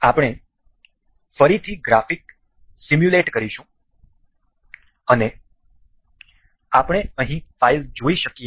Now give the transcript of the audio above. આપણે ફરીથી graphics simulate કરીશું અને આપણે અહીં ફાઇલ જોઈ શકીએ છીએ